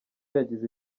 yagize